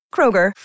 Kroger